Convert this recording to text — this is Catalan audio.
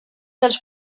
dels